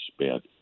spent